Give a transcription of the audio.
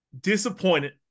disappointed